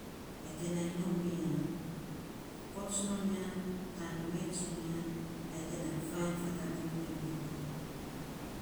Ai te nai nom mi ya, kots non ya, tan ngue tsunia nai fainy fatabin me ma nyi.